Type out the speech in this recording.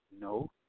No